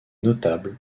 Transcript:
notables